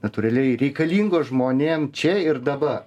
natūraliai reikalingos žmonėm čia ir dabar